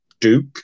Duke